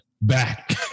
back